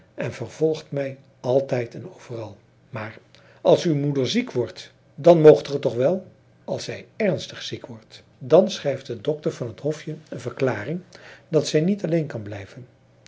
en vervolgt mij altijd en overal maar als uw moeder ziek wordt dan moogt ge toch wel als zij ernstig ziek wordt dan schrijft de dokter van't hofje een verklaring dat zij niet alleen kan blijven